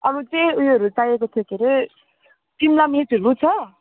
अरू चाहिँ उयोहरू चाहिएको थियो के हरे सिमला मिर्चहरू छ